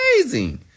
amazing